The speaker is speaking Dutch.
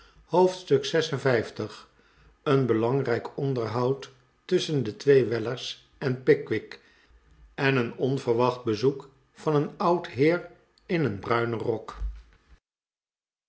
hoofdstuk lvi een belangrijk onderhoud tusschen de twee weller's en pickwick en een onverwacht bezoek van een oud heer in een bruinen rok